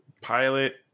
Pilot